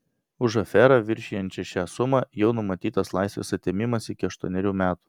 už aferą viršijančią šią sumą jau numatytas laisvės atėmimas iki aštuonerių metų